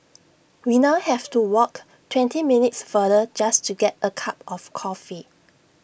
we now have to walk twenty minutes farther just to get A cup of coffee